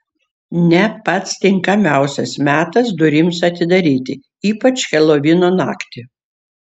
ne pats tinkamiausias metas durims atidaryti ypač helovino naktį